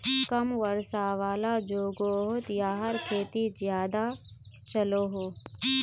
कम वर्षा वाला जोगोहोत याहार खेती ज्यादा चलोहो